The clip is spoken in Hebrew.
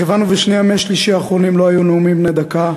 מכיוון שבשני ימי שלישי האחרונים לא היו נאומים בני דקה,